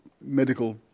medical